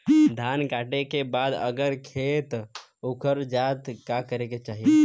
धान कांटेके बाद अगर खेत उकर जात का करे के चाही?